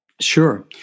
Sure